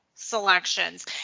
selections